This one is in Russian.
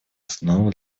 основу